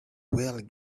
well